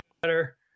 better